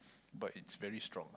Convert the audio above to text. but it's very strong